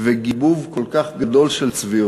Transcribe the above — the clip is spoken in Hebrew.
וגיבוב כל כך גדול של צביעות.